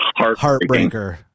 heartbreaker